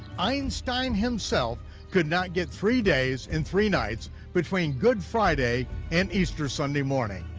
einstein himself could not get three days and three nights between good friday and easter sunday morning.